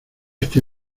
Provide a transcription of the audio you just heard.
este